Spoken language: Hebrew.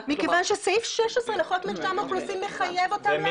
מכיוון שסעיף 16 לחוק מרשם האוכלוסין מחייב אותם להעביר לי.